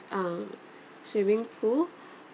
um swimming pool